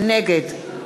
נגד